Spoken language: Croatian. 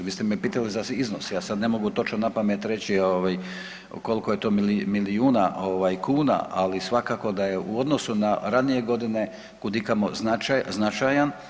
Vi ste me pitali za iznos, ja sad ne mogu točno napamet reći ovaj kolko je to milijuna ovaj kuna, ali svakako da je u odnosu na ranije godine kud i kamo značajan.